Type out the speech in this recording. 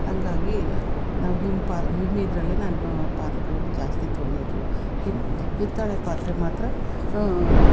ಹಂಗಾಗಿ ನಾವು ಹಿಮ್ ಪಾ ವಿಮ್ ಇದರಲ್ಲೆ ನಾನು ಪಾತ್ರೆಗಳನ್ನು ಜಾಸ್ತಿ ತೊಳೆಯೋದು ಹಿತ್ ಹಿತ್ತಾಳೆ ಪಾತ್ರೆ ಮಾತ್ರ